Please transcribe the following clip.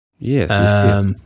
Yes